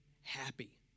happy